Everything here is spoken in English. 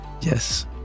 yes